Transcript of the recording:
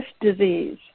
disease